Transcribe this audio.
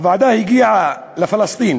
הוועדה הגיעה לפלסטין